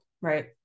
right